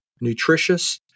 nutritious